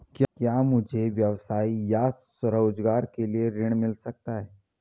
क्या मुझे व्यवसाय या स्वरोज़गार के लिए ऋण मिल सकता है?